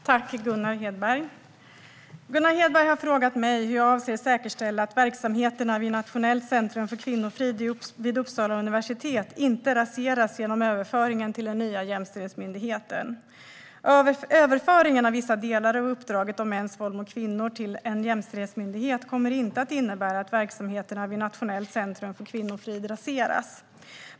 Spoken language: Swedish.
Herr talman! Gunnar Hedberg har frågat mig hur jag avser att säkerställa att verksamheterna vid Nationellt centrum för kvinnofrid, Uppsala universitet, inte raseras genom överföringen till den nya jämställdhetsmyndigheten. Överföringen av vissa delar av uppdraget om mäns våld mot kvinnor till en jämställdhetsmyndighet kommer inte att innebära att verksamheterna vid Nationellt centrum för kvinnofrid raseras.